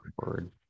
forward